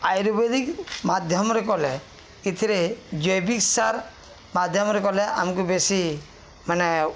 ଆୟୁର୍ବେଦିକ ମାଧ୍ୟମରେ କଲେ ଏଥିରେ ଜୈବିକ୍ ସାର୍ ମାଧ୍ୟମରେ କଲେ ଆମକୁ ବେଶୀ ମାନେ